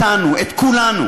אותנו, את כולנו,